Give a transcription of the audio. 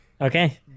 Okay